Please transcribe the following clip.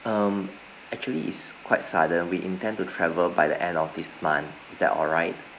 um actually is quite sudden we intend to travel by the end of this month is that alright